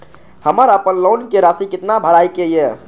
हमर अपन लोन के राशि कितना भराई के ये?